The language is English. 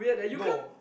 no